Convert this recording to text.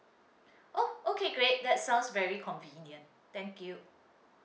oh okay great that sounds very convenient thank you